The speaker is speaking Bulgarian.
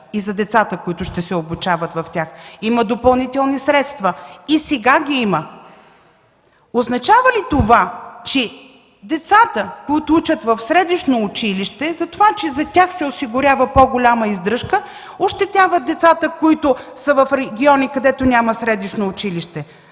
и за децата, които ще се обучават в тях. Има допълнителни средства. И сега ги има. Означава ли това, че децата, които учат в средищно училище, затова че за тях се осигурява по-голяма издръжка, ощетява децата, които са в региони, където няма средищно училище?